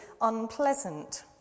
unpleasant